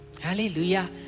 Hallelujah